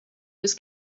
was